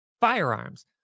firearms